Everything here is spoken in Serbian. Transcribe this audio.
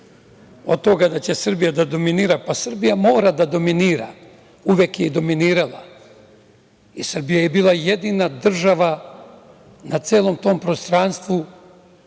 od toga da će Srbija da dominira, pa Srbija mora da dominira, uvek je i dominirala i Srbija je bila jedina država na celom tom prostranstvu